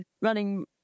running